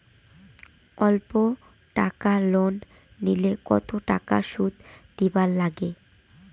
অল্প টাকা লোন নিলে কতো টাকা শুধ দিবার লাগে?